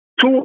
Two